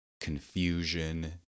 confusion